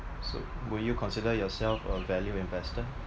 so would you consider yourself a value investor